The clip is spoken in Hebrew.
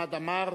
חמד עמאר,